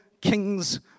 kings